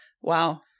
wow